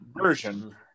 version